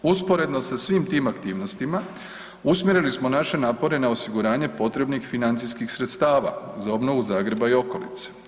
Usporedno sa svim tim aktivnostima usmjerili smo naše napore na osiguranje potrebnih financijskih sredstava za obnovu Zagreba i okolice.